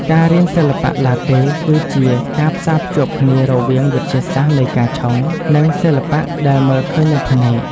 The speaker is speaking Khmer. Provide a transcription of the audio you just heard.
ការរៀនសិល្បៈឡាតេ គឺជាការផ្សារភ្ជាប់គ្នារវាងវិទ្យាសាស្ត្រនៃការឆុង និងសិល្បៈដែលមើលឃើញនឹងភ្នែក។